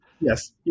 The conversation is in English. yes